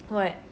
what